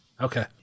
Okay